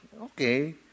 Okay